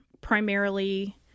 primarily